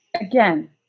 Again